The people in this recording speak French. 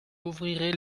ouvrirez